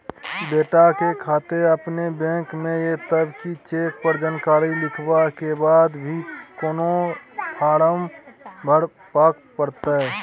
बेटा के खाता अपने बैंक में ये तब की चेक पर जानकारी लिखवा के बाद भी कोनो फारम भरबाक परतै?